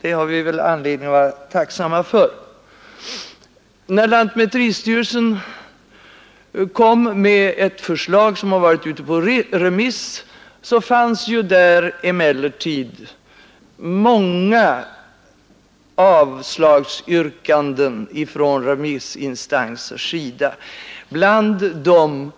Det har vi väl anledning att vara tacksamma för. När lantmäteristyrelsen kom med ett förslag i taxefrågan, som varit ute på remiss, fanns där emellertid många avslagsyrkanden från olika remissinstanser, bland dem